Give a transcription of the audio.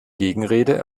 gegenrede